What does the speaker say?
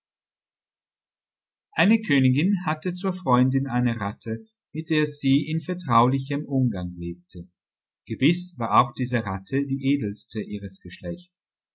eine königin hatte zur freundin eine ratte mit der sie in vertraulichem umgang lebte gewiß war auch diese ratte die edelste ihres geschlechts